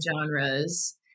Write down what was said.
genres